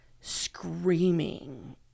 screaming